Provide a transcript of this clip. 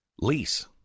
lease